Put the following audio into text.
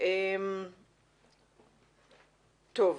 אני